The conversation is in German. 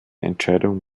entscheidung